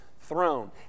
throne